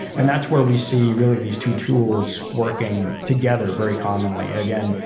and that's where we see really these two tools working together very commonly. again,